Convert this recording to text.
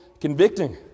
convicting